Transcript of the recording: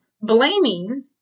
blaming